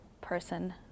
person